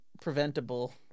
preventable